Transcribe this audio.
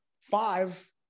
Five